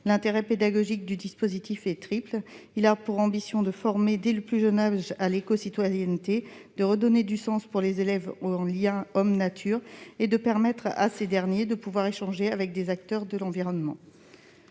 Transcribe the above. L'intérêt pédagogique du dispositif est triple : il a pour ambition de former, dès le plus jeune âge, à l'écocitoyenneté, de redonner, pour les élèves, du sens au lien homme-nature et de permettre à ces derniers d'échanger avec des acteurs de l'environnement.